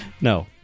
No